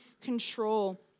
control